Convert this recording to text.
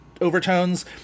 overtones